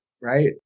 right